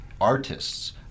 artists